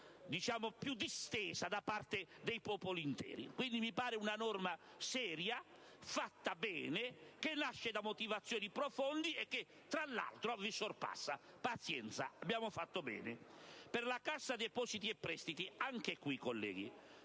volontà più distesa dell'intera popolazione. Quindi, mi pare una norma seria, fatta bene, che nasce da motivazioni profonde e che tra l'altro vi sorpassa. Pazienza: abbiamo fatto bene. Per la Cassa depositi e prestiti, anche in questo